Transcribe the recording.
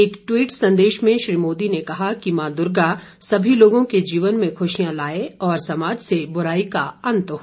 एक ट्वीट संदेश में श्री मोदी ने कहा कि मॉ दुर्गा सभी लोगों के जीवन में खुशियां लाये और समाज से बुराई का अंत हो